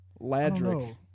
ladrick